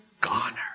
goner